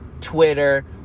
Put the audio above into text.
twitter